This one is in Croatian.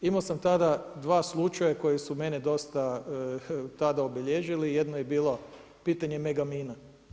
Imao sam tada dva slučaja koji su mene dosta tada obilježili, jedno je bilo pitanje megamina.